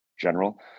general